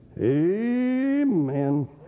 Amen